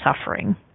suffering